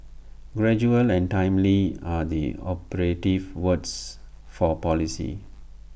gradual and timely are the operative words for policy